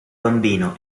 bambino